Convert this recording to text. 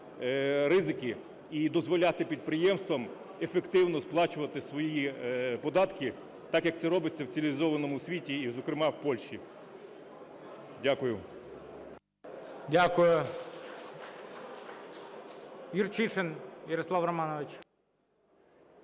ризики і дозволяти підприємствам ефективно сплачувати свої податки, так, як це робиться в цивілізованому світі і, зокрема, в Польщі. Дякую.